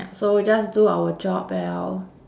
ya so just do our job well